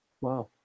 Wow